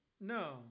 No